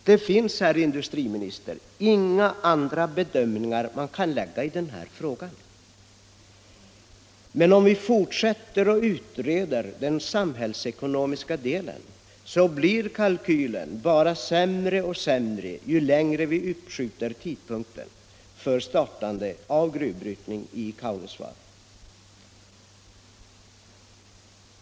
Det finns, herr industriminister, inga andra bedömningar som kan göras i denna fråga. Men om vi fortsätter och utreder den samhällsekonomiska effekten blir kalkylen bara sämre och sämre ju längre vi uppskjuter startandet av gruvbrytning i Kaunisvaara.